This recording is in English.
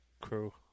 crew